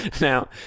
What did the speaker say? Now